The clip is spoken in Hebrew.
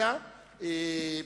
השאילתא כמו שהיא,